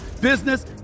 business